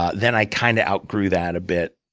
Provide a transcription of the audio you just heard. ah then i kind of outgrew that a bit,